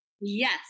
Yes